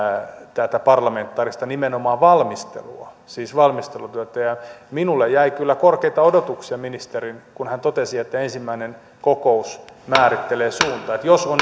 tätä parlamentaarista valmistelua siis valmistelutyötä ja minulle jäi kyllä korkeita odotuksia kun ministeri totesi että ensimmäinen kokous määrittelee suuntaa jos on